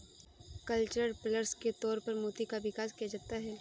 cultured pearls के तौर पर मोती का विकास किया जाता है